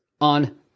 on